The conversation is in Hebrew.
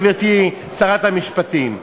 גברתי שרת המשפטים.